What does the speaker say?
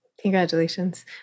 Congratulations